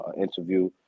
interview